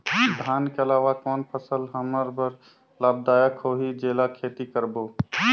धान के अलावा कौन फसल हमर बर लाभदायक होही जेला खेती करबो?